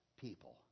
people